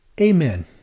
Amen